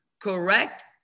correct